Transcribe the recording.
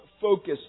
focus